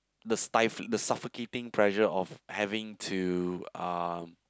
the stiflin~ the suffocating pressure of having to